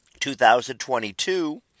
2022